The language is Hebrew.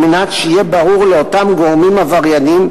על מנת שיהיה ברור לאותם גורמים עברייניים